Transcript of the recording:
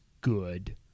good